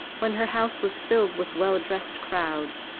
when her house was filled with well-dressed crowds,